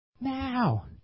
Now